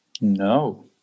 No